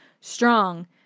strong